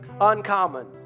Uncommon